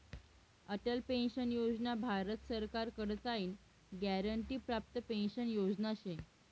Atal pension Yojana Bharat सरकार कडताईन guarantee प्राप्त पेंशन योजना शे